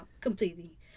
completely